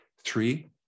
three